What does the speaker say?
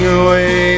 away